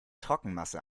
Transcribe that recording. trockenmasse